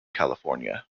california